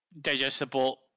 digestible